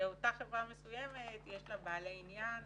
ושאותה חברה מסוימת יש לה בעלי עניין